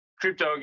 crypto